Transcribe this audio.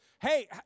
Hey